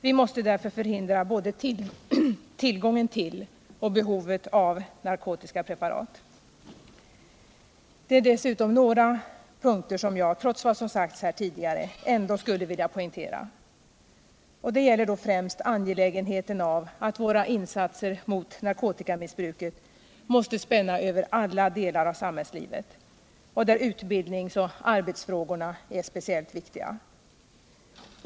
Vi måste därför förhindra både tillgången till och behovet av narkotiska preparat. Jag vill dessutom — trots vad jag nyss sade — ytterligare understryka några punkter. Det gäller främst angelägenheten av att våra insatser mot narkotikamissbruket spänner över alla delar av samhällslivet, varvid utbildningsoch arbetsmarknadsfrågorna är speciellt viktiga.